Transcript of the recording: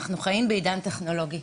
אנחנו חיים בעידן טכנולוגי.